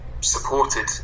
supported